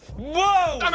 whoa!